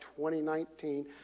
2019